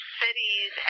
cities